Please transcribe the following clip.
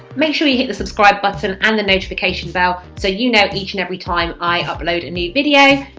make sure you hit the subscribe button and the notification bell so you know each and every time i upload a new video.